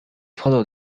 follow